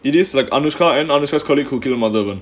it is like anushka and anushka's colleague who kill madhavan